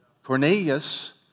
Cornelius